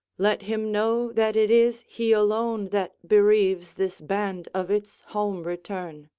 let him know that it is he alone that bereaves this band of its home-return.